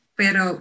pero